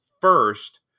first